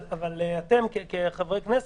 אתם כחברי כנסת,